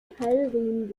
keilriemen